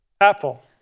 Apple